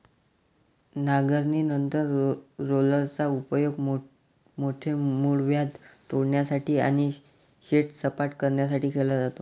नांगरणीनंतर रोलरचा उपयोग मोठे मूळव्याध तोडण्यासाठी आणि शेत सपाट करण्यासाठी केला जातो